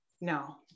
no